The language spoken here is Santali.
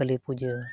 ᱠᱟᱹᱞᱤ ᱯᱩᱡᱟᱹ